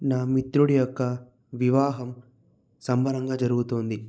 నా మిత్రుడు యొక్క వివాహం సంబరంగా జరుగుతోంది